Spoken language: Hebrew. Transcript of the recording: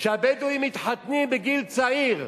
שהבדואים מתחתנים בגיל צעיר.